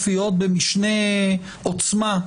לא נכנסנו, כמו שאמרתי, בגלל טבע הנושא,